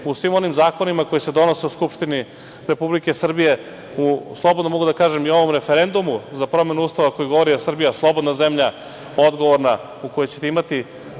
u svim onim zakonima koji se donose u Skupštini Republike Srbije, slobodno mogu da kažem, i ovom referendumu za promenu Ustava koji govori da je Srbija slobodna zemlja, odgovorna u kojoj ćete imati